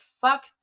fuck